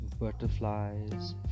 Butterflies